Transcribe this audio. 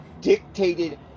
dictated